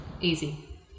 Easy